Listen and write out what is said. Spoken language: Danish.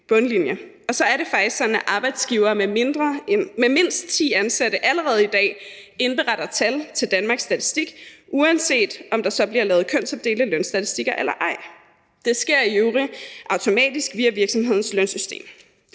så er det faktisk sådan, at arbejdsgivere med mindst ti ansatte allerede i dag indberetter tal til Danmarks Statistik, uanset om der så bliver lavet kønsopdelte lønstatistikker eller ej. Det sker i øvrigt automatisk via virksomhedernes lønsystem.